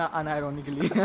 unironically